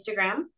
Instagram